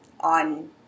on